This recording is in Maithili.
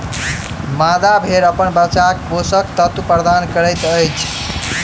मादा भेड़ अपन बच्चाक पोषक तत्व प्रदान करैत अछि